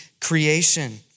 creation